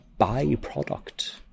byproduct